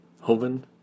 Hoven